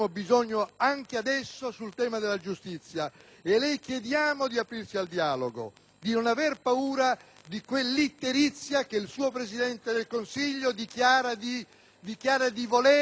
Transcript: di non aver paura di quell'itterizia da cui il suo Presidente del Consiglio dichiara di volersi far prendere ogni volta che sente anche soltanto nominare la parola.